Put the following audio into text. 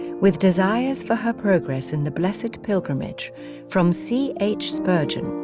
with desires for her progress in the blessed pilgrimage' from c h spurgeon,